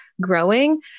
growing